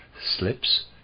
slips